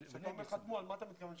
כשאתה אומר חתמו למה אתה מתכוון שחתמו?